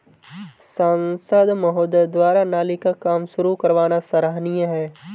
सांसद महोदय द्वारा नाली का काम शुरू करवाना सराहनीय है